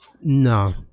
no